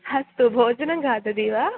अस्तु भोजनं खादति वा